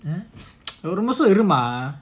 ஒருநிமிஷம்இரும்மா:oru nimisham irumma